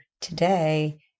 today